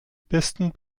besten